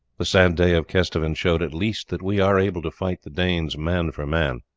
the sad day of kesteven showed at least that we are able to fight the danes man for man.